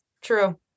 True